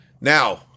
now